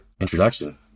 introduction